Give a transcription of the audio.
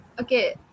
Okay